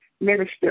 minister